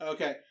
Okay